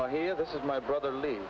buy here this is my brother leave